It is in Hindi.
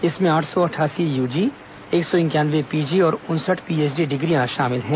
इसमें आठ सौ अठासी यूजी एक सौ इंक्यानवे पीजी और उनसठ पीएचडी डिग्रियां शामिल हैं